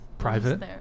private